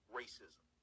racism